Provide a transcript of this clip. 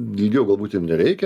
ilgiau galbūt ir nereikia